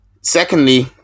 Secondly